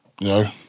No